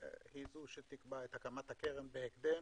היא זו שתקבע את הקמת הקרן בהקדם.